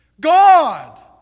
God